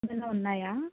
ఇందులో ఉన్నాయా